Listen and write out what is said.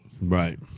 Right